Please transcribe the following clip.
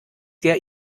der